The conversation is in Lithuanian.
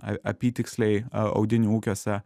apytiksliai audinių ūkiuose